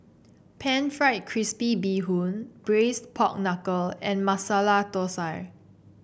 pan fried crispy Bee Hoon Braised Pork Knuckle and Masala Thosai